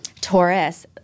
Taurus